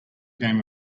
game